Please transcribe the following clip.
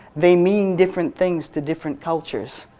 they mean different things to different cultures,